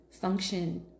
function